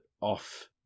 off